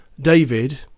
David